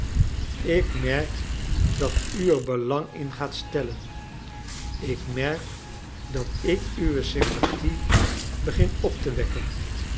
ik merk dat u er belang in gaat stellen ik merk dat ik uwe sympathie begin op te wekken